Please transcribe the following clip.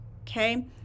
okay